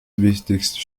wichtigste